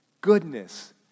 goodness